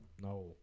no